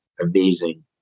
amazing